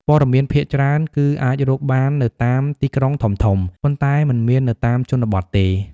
ព័ត៌មានភាគច្រើនគឺអាចរកបាននៅតាមទីក្រុងធំៗ ប៉ុន្តែមិនមាននៅតាមជនបទទេ។